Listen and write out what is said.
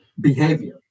behavior